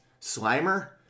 Slimer